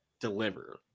deliver